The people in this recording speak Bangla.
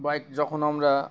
বাইক যখন আমরা